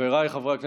חבריי חברי הכנסת,